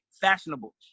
fashionable